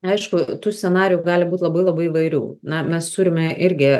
aišku tų scenarijų gali būt labai labai įvairių na mes turime irgi